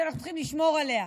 ואנחנו צריכים לשמור עליה,